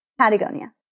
Patagonia